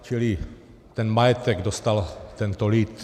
Čili ten majetek dostal tento lid.